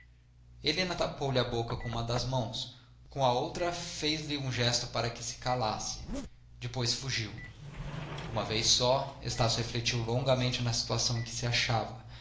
dias helena tapou lhe a boca com uma das mãos com a outra fez-lhe um gesto para que se calasse depois fugiu uma vez só estácio refletiu longamente na situação em que se achava